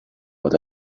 what